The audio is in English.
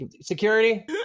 security